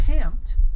camped